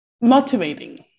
motivating